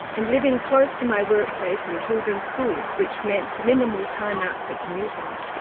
and living close to my workplace and children's schools, which meant minimal time out for commuting.